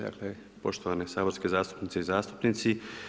Dakle poštovane saborske zastupnice i zastupnici.